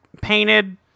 Painted